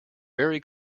very